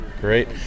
Great